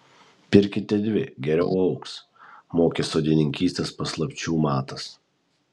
pirkite dvi geriau augs mokė sodininkystės paslapčių matas